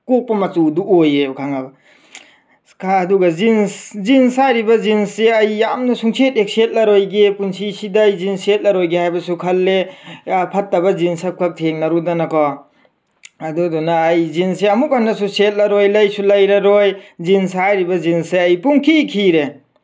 ꯀꯣꯛꯄ ꯃꯆꯨꯗꯨ ꯑꯣꯏꯌꯦꯕ ꯈꯪꯉꯕ ꯑꯗꯨꯒ ꯖꯤꯟꯁ ꯖꯤꯟꯁ ꯍꯥꯏꯔꯤꯕ ꯖꯤꯟꯁꯁꯤ ꯑꯩ ꯌꯥꯝꯅ ꯁꯨꯡꯁꯦꯠ ꯍꯦꯛ ꯁꯦꯠꯂꯔꯣꯏꯒꯦ ꯄꯨꯟꯁꯤꯁꯤꯗ ꯑꯩ ꯖꯤꯟꯁ ꯁꯦꯠꯂꯔꯣꯏꯒꯦ ꯍꯥꯏꯕꯁꯨ ꯈꯜꯂꯦ ꯐꯠꯇꯕ ꯖꯤꯟꯁ ꯑꯃꯈꯛ ꯊꯦꯡꯅꯔꯨꯗꯅ ꯀꯣ ꯑꯗꯨꯅ ꯑꯩ ꯖꯤꯟꯁ ꯑꯃꯨꯛ ꯍꯟꯅꯁꯨ ꯁꯦꯠꯂꯔꯣꯏ ꯂꯩꯁꯨ ꯂꯩꯔꯔꯣꯏ ꯖꯤꯟꯁ ꯍꯥꯏꯔꯤꯕ ꯖꯤꯟꯁꯁꯦ ꯑꯩ ꯄꯨꯡꯈꯤ ꯈꯤꯔꯦ